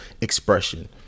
expression